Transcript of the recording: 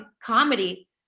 comedy